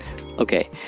okay